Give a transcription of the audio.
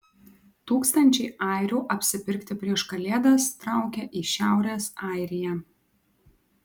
tūkstančiai airių apsipirkti prieš kalėdas traukia į šiaurės airiją